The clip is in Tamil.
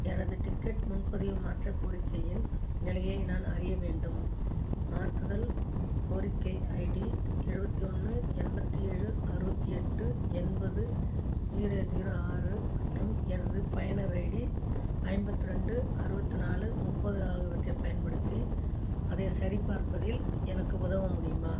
எனது டிக்கெட் முன்பதிவு மாற்றக் கோரிக்கையின் நிலையை நான் அறிய வேண்டும் மாற்றுதல் கோரிக்கை ஐடி எழுவத்து ஒன்று எண்பத்தி ஏழு அறுபத்தி எட்டு எண்பது ஜீரோ ஜீரோ ஆறு மற்றும் எனது பயனர் ஐடி ஐம்பத்து ரெண்டு அறுபத்து நாலு முப்பது ஆகியவற்றைப் பயன்படுத்தி அதை சரிபார்ப்பதில் எனக்கு உதவ முடியுமா